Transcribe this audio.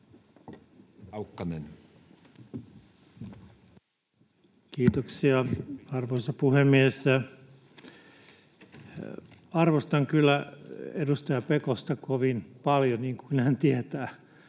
Kiitoksia, arvoisa puhemies! Arvostan kyllä edustaja Pekosta kovin paljon, niin kuin hän tietää,